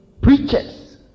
preachers